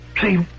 See